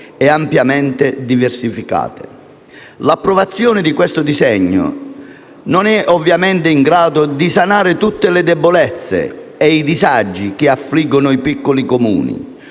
e ampiamente diversificate. L'approvazione del disegno di legge in discussione non è ovviamente in grado di sanare tutte le debolezze e i disagi che affliggono i piccoli Comuni,